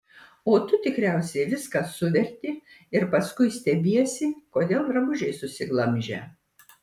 o tu tikriausiai viską suverti ir paskui stebiesi kodėl drabužiai susiglamžę